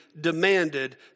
demanded